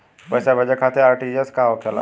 पैसा भेजे खातिर आर.टी.जी.एस का होखेला?